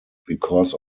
because